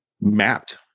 mapped